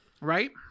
right